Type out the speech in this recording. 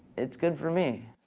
it's good for me.